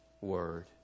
word